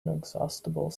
inexhaustible